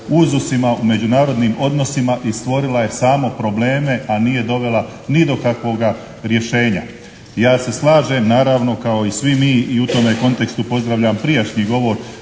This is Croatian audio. uzusima u međunarodnim odnosima i stvorila je samo probleme a nije dovela ni do kakvoga rješenja. Ja se slažem naravno, kao i svi mi i u tome kontekstu pozdravljam prijašnji govor